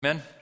Amen